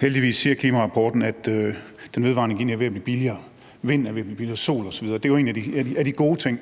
Heldigvis siger klimarapporten, at den vedvarende energi er ved at blive billigere. Vind, sol osv. er ved at blive billigere. Det er jo en af de gode ting.